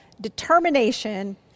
determination